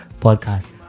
Podcast